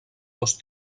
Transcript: dos